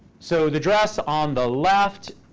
so the dress on the left,